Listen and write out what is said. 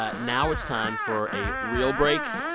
ah now it's time for a real break.